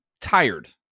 tired